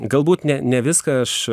galbūt ne ne viską aš